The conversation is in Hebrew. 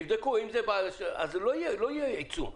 יבדקו, ואם ככה, אז לא יהיה עיצום.